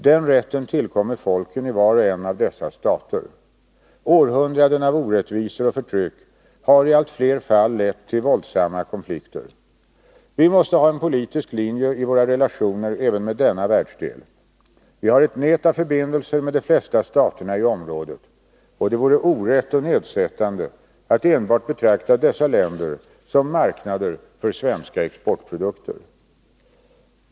Den rätten tillkommer folkeni var och en av dess stater. Århundraden av orättvisor och förtryck har i allt flera fall lett till våldsamma konflikter. Vi måste ha en politisk linje i våra relationer även med denna världsdel. Vi har ett nät av förbindelser med de flesta staterna i området, och det vore orätt och nedsättande att enbart betrakta dessa länder som marknader för svenska exportprodukter.